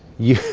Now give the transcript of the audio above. you